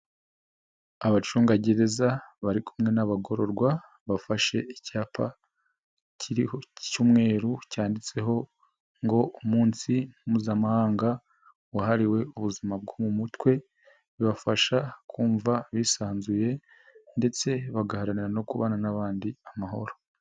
Abacungagereza bari kumwe n'abagororwa bafashe icyapa kiriho cy'umweru cyanditseho ngo:"Umunsi mpuzamahanga wahariwe ubuzima bwo mu mutwe", bibafasha kumva bisanzuye ndetse bagaharanira no kubana n'abandi amahoro.